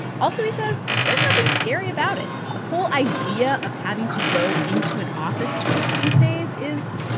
also, he says, there's nothing scary about it. the whole idea of having to go into an office to work these days is.